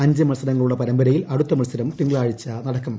അഞ്ച് മത്സരങ്ങളുള്ള പരമ്പരയിലെ അടുത്ത മത്സരം തിങ്കളാഴ്ച നടക്കും